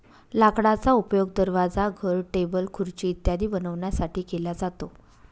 लाकडाचा उपयोग दरवाजा, घर, टेबल, खुर्ची इत्यादी बनवण्यासाठी केला जातो